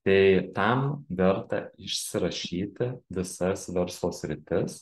tai tam verta išsirašyti visas verslo sritis